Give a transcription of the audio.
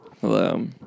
Hello